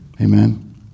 Amen